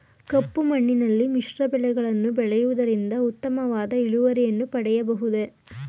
ಕಪ್ಪು ಮಣ್ಣಿನಲ್ಲಿ ಮಿಶ್ರ ಬೆಳೆಗಳನ್ನು ಬೆಳೆಯುವುದರಿಂದ ಉತ್ತಮವಾದ ಇಳುವರಿಯನ್ನು ಪಡೆಯಬಹುದೇ?